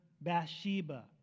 Bathsheba